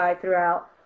throughout